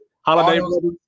Holiday